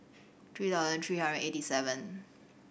three thousand three hundred eighty seven